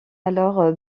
alors